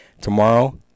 tomorrow